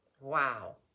Wow